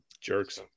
Jerks